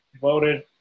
voted